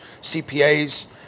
CPAs